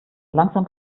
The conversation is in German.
langsam